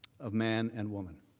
of man and woman.